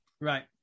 Right